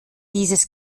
dieses